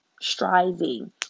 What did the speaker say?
Striving